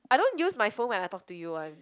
I don't use my phone when I talk to you [one]